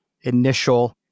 initial